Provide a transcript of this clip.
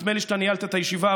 נדמה לי שאתה ניהלת את הישיבה,